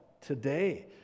today